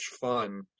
fun